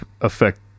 affect